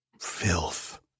filth